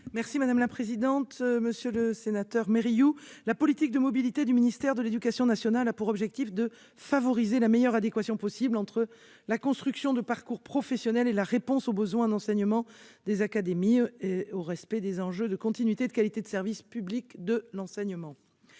est à Mme la secrétaire d'État. Monsieur le sénateur Mérillou, la politique de mobilité du ministère de l'éducation nationale et de la jeunesse a pour objectif de favoriser la meilleure adéquation possible entre la construction des parcours professionnels, la réponse aux besoins en enseignement des académies et le respect des enjeux de continuité et de qualité du service public de l'enseignement.